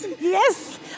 Yes